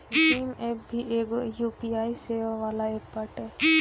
Bhim app भी एगो UPI सेवा वाला एप्प बाटे